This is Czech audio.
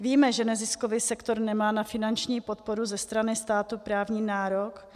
Víme, že neziskový sektor nemá na finanční podporu ze strany státu právní nárok.